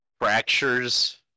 fractures